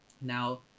Now